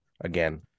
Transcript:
again